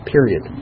Period